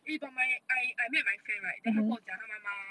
eh but my I I met my friend right 她跟我讲她妈妈